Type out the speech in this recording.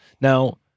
Now